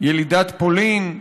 ילידת פולין,